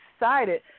excited